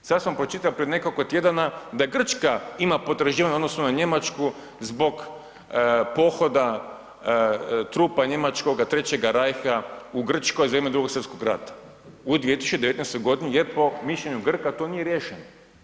Sad sam pročitao pred nekoliko tjedana da Grčka ima potraživanja u odnosu na Njemačku zbog pohoda trupa njemačkog 3. Reicha u Grčkoj za vrijeme 2. Svjetskog rata u 2019. g. je po mišljenju Grka to nije riješeno.